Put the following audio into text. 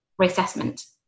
reassessment